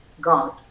God